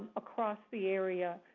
across the area,